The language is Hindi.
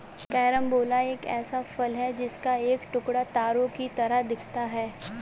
कैरम्बोला एक ऐसा फल है जिसका एक टुकड़ा तारों की तरह दिखता है